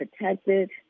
protected